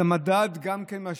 המדד גם כן משפיע.